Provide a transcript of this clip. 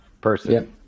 person